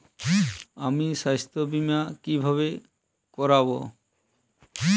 আমি স্বাস্থ্য বিমা কিভাবে করাব?